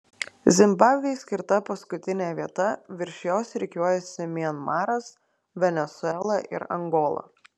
zimbabvei skirta paskutinė vieta virš jos rikiuojasi mianmaras venesuela ir angola